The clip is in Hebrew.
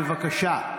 בבקשה.